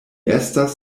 estas